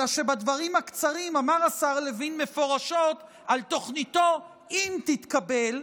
אלא שבדברים הקצרים אמר השר לוין מפורשות על תוכניתו "אם תתקבל",